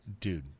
dude